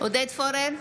עודד פורר,